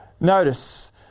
Notice